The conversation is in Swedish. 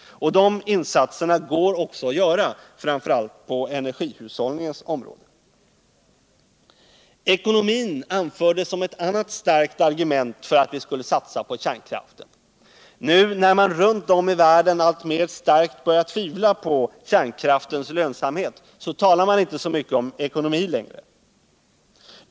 Dessa insatser kan man också göra. framför allt på energihushållningens område. Ekonomin anfördes som ct annat starkt argument som satsning på kärnkraften. Nu när man runt om i världen alltmer börjat tvivla på kärnkraftens lönsamhet, talar man inte så mycket om ekonomi längre.